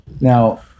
Now